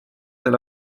sel